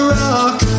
rock